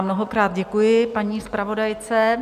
Mnohokrát děkuji paní zpravodajce.